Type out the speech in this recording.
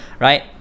Right